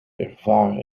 ervaar